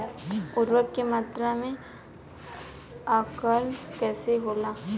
उर्वरक के मात्रा में आकलन कईसे होला?